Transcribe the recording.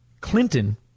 Clinton